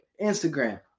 Instagram